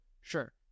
Sure